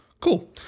Cool